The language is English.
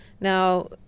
Now